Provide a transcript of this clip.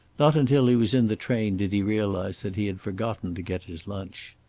not until he was in the train did he realize that he had forgotten to get his lunch.